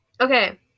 Okay